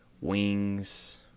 wings